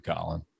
Colin